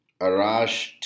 Arash